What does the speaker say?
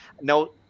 No